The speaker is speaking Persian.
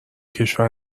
کشور